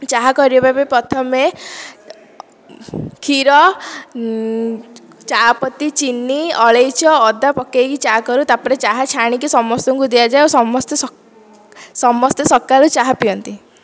ଚାହା କରିବା ପାଇଁ ପ୍ରଥମେ କ୍ଷୀର ଚାହାପତି ଚିନି ଅଳେଇଚ ଅଦା ପକେଇକି ଚାହା କରୁ ତାପରେ ଚାହା ଛାଣିକି ସମସ୍ତଙ୍କୁ ଦିଆଯାଏ ଆଉ ସମସ୍ତେ ସକ୍ ସମସ୍ତେ ସକାଳୁ ଚାହା ପିଅନ୍ତି